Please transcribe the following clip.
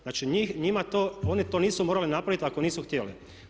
Znači njima to, one to nisu morale napraviti ako nisu htjele.